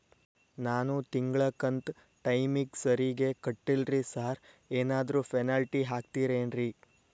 ನಾನು ತಿಂಗ್ಳ ಕಂತ್ ಟೈಮಿಗ್ ಸರಿಗೆ ಕಟ್ಟಿಲ್ರಿ ಸಾರ್ ಏನಾದ್ರು ಪೆನಾಲ್ಟಿ ಹಾಕ್ತಿರೆನ್ರಿ?